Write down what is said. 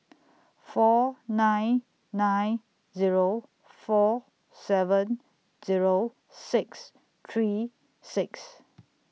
four nine nine Zero four seven Zero six three six